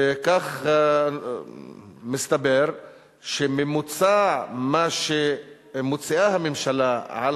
וכך מסתבר שבממוצע מה שמוציאה הממשלה על